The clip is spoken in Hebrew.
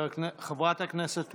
חברת הכנסת מואטי,